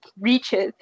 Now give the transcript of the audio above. reaches